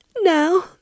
Now